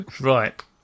Right